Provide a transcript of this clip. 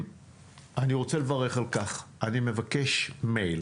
אני רוצה לברך על כך, אני מבקש אימייל